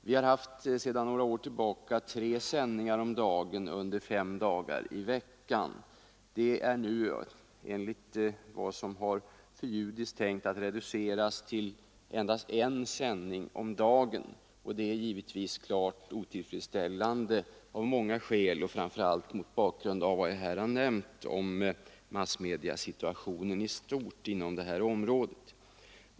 Vi har sedan några år tillbaka kunnat lyssna till tre sändningar om dagen under fem dagar i veckan. Enligt vad som har förljudits är det emellertid nu meningen att de skall reduceras till endast en sändning om dagen. Detta är givetvis klart otillfredsställande av många skäl, framför allt mot bakgrund av vad jag här har nämnt om massmediesituationen i stort inom detta område.